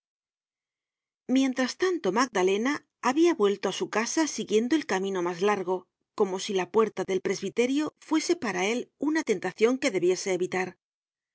mientras tanto magdalena habia vuelto á su casa siguiendo el camino mas largo como si la puerta del presbiterio fuese para él una tentacion que debiese evitar